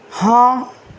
ہاں